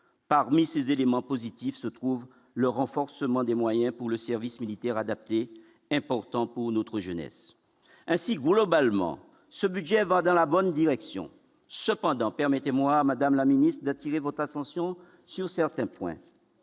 parmi ces éléments positifs se trouve le renforcement des moyens pour le service militaire adapté important pour notre jeunesse ainsi globalement ce budget va dans la bonne direction, cependant, permettez-moi, Madame la ministre, d'attirer votre attention sur certains points,